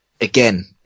again